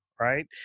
right